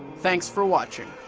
thanks for watching.